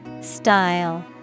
Style